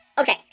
okay